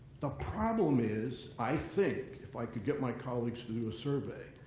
the problem is, i think, if i could get my colleagues to do a survey,